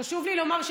חשוב לי לומר,